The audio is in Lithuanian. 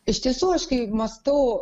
iš tiesų aš kai mąstau